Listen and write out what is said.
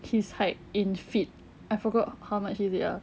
his height in feet I forgot how much is it ah